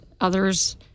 others